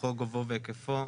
שטחו גובהו והיקפו,